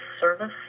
service